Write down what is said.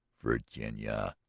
virginia.